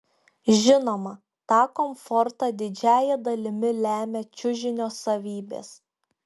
žinoma tą komfortą didžiąja dalimi lemia čiužinio savybės